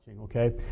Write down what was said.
Okay